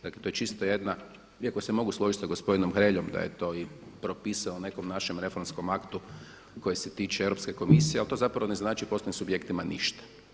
Dakle, to je čisto jedna, iako se mogu složiti s gospodinom Hreljom da je to i propisao u nekom našem reformskom aktu koji se tiče Europske komisije, ali to zapravo ne znači poslovnim subjektima ništa.